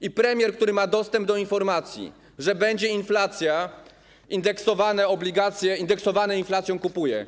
I premier, który ma dostęp do informacji, że będzie inflacja, indeksowane obligacje, indeksowane inflacją, kupuje.